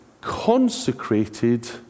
consecrated